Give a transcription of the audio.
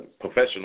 professional